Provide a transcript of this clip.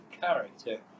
character